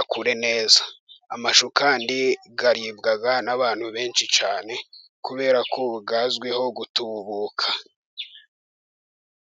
akure neza, amashu kandi aribwa n'abantu benshi cyane, kubera ko azwiho gutubuka.